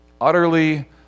utterly